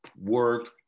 work